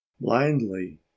Blindly